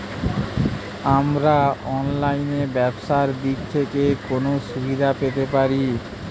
আমরা অনলাইনে ব্যবসার দিক থেকে কোন সুবিধা পেতে পারি?